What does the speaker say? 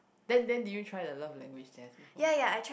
then then did you try the love language test before